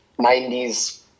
90s